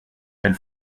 elle